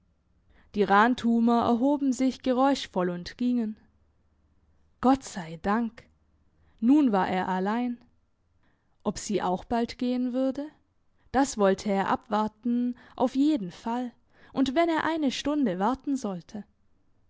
die rantumer erhoben sich geräuschvoll und gingen gott sei dank nun war er allein ob sie auch bald gehen würde das wollte er abwarten auf jeden fall und wenn er eine stunde warten sollte